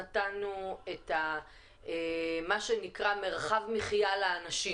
אחרי שנתנו את מה שנקרא מרחב המחייה לאנשים